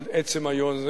עד עצם היום הזה,